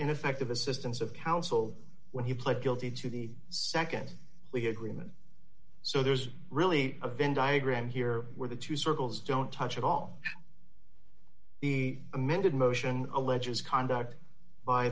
ineffective assistance of counsel when he pled guilty to the nd plea agreement so there's really a venn diagram here where the two circles don't touch at all the amended motion alleges conduct by